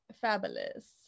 fabulous